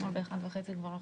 בשעה 13:43.